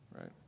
right